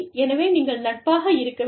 எனவே நீங்கள் நட்பாக இருக்க வேண்டும்